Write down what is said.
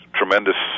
tremendous